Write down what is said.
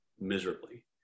miserably